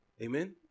Amen